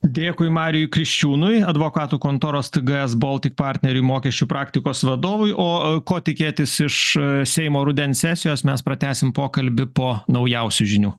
dėkui marijui kriščiūnui advokatų kontoros tges baltic partneriui mokesčių praktikos vadovui o o ko tikėtis iš seimo rudens sesijos mes pratęsim pokalbį po naujausių žinių